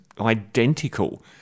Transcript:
identical